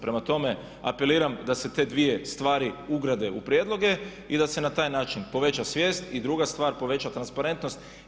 Prema tome, apeliram da se te dvije stvari ugrade u prijedloge i da se na taj način poveća svijest i druga stvar poveća transparentnost.